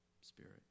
spirit